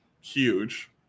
huge